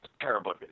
terrible